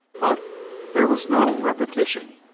but there was no repetition.